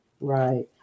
Right